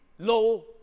Low